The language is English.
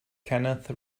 kenneth